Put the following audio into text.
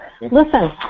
Listen